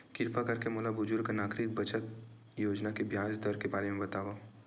किरपा करके मोला बुजुर्ग नागरिक बचत योजना के ब्याज दर के बारे मा बतावव